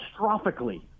catastrophically